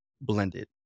blended